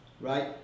right